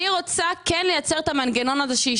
אני רוצה כן לייצר את המנגנון הראשי,